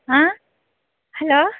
ஆ hello